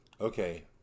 Okay